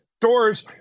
stores